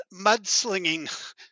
mudslinging